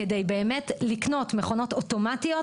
כדי באמת לקנות מכונות אוטומטיות,